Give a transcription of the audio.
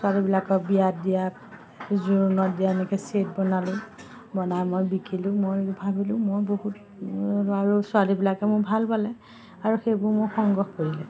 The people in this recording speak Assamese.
ছোৱালীবিলাকক বিয়াত দিয়া জোৰোণত দিয়া এনেকে চেট বনালোঁ বনাই মই বিকিলোঁ মই ভাবিলোঁ মই বহুত আৰু ছোৱালীবিলাকে মোৰ ভাল পালে আৰু সেইবোৰ মোৰ সংগ্ৰহ কৰিলে